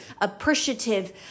appreciative